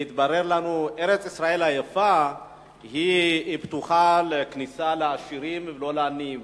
והתברר לנו שארץ-ישראל היפה פתוחה לכניסה לעשירים ולא לעניים